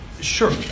Sure